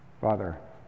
Father